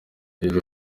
iri